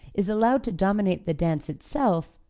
is allowed to dominate the dance itself,